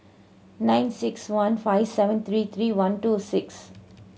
nine six one five seven three three one two six